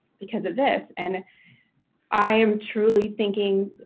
because of this. and i am truly thinking,